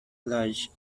lodge